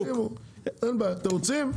אתם רוצים?